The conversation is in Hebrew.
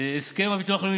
הסכם עם הביטוח הלאומי,